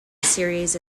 series